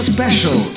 Special